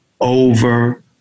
over